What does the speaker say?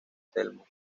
telmo